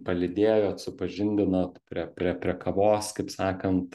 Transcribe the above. palydėjot supažindinot prie prie prie kavos kaip sakant